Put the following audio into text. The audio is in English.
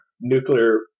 nuclear